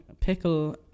Pickle